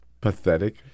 pathetic